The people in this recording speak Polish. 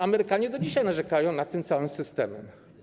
Amerykanie do dzisiaj narzekają na ten cały system.